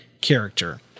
character